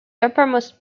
uppermost